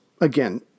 again